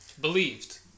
believed